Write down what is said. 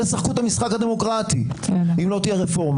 הם לא ישחקו את המשחק הדמוקרטי אם לא תהיה רפורמה.